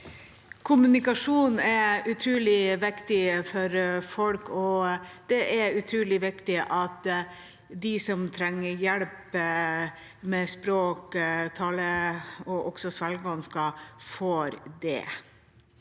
Kommunikasjon er utrolig viktig for folk, og det er utrolig viktig at de som trenger hjelp med språk-, tale- og svelgevansker, får det.